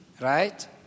Right